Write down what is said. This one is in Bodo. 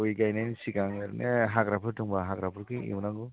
गय गायनायनि सिगां ओरैनो हाग्राफोर दङबा हाग्राफोरखौ एवनांगौ